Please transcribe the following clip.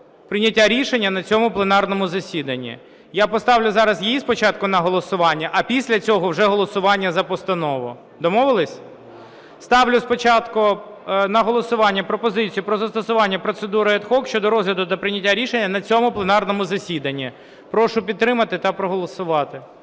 прийняття рішення на цьому пленарному засіданні. Я поставлю зараз її спочатку на голосування, а після цього вже голосування за постанову. Домовились? Ставлю спочатку на голосування пропозицію про застосування процедури ad hoc щодо розгляду та прийняття рішення на цьому пленарному засіданні. Прошу підтримати та проголосувати.